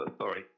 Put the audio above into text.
sorry